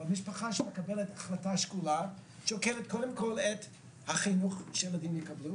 אבל משפחה שמקבלת החלטה שקולה דואגת קודם כל לחינוך שהילדים יקבלו